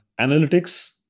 analytics